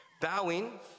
Bowing